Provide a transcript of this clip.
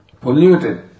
polluted